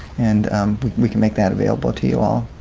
and we can make that available to you all?